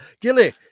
Gilly